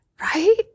Right